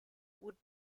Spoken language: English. would